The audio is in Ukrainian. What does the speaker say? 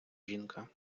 жінка